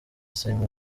simon